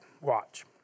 Watch